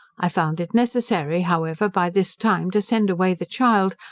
i found it necessary, however, by this time to send away the child,